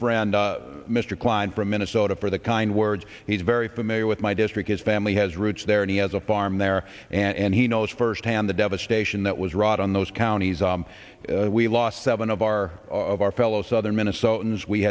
friend mr kline from minnesota for the kind words he's very familiar with my district his family has roots there and he has a farm there and he knows firsthand the devastation that was wrought on those counties we lost seven of our of our fellow southern minnesotans we